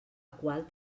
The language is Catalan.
qual